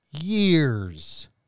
Years